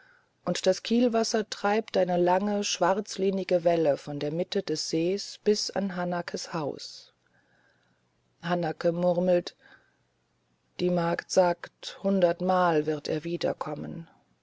und das kielwasser treibt eine lange schwarzlinige welle von der mitte des sees bis an hanakes haus hanake murmelt die magd sagt hundertmal wird er wiederkommen